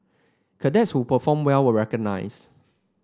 cadets who performed well were recognised